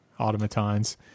automatons